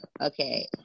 okay